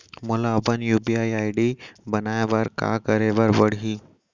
मोला अपन UPI ID बनाए बर का करे पड़ही?